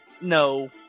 no